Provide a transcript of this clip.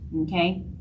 okay